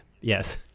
yes